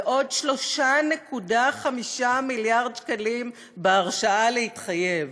ועוד 3.5 מיליארד שקלים בהרשאה להתחייב.